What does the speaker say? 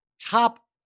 top